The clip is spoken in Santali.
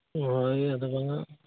ᱦᱳᱭ ᱟᱫᱚ ᱵᱟᱝᱟ